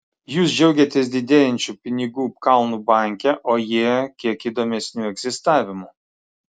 jūs džiaugiatės didėjančiu pinigų kalnu banke o jie kiek įdomesniu egzistavimu